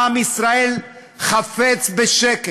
עם ישראל חפץ בשקט.